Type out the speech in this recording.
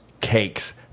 cakes